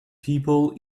people